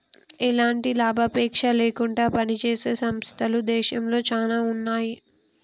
ఎలాంటి లాభాపేక్ష లేకుండా పనిజేసే సంస్థలు దేశంలో చానా ఉన్నాయి